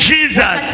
Jesus